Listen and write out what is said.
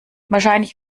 wahrscheinlich